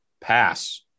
Pass